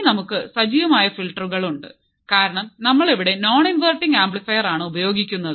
ഇനി നമുക്ക് സജീവമായ ഫിൽട്ടറുകൾ ഉണ്ട് നമ്മൾ ഇവിടെ നോൺ ഇൻവെർട്ടിങ് ആംപ്ലിഫയർ ആണ് ഉപയോഗിക്കുന്നത്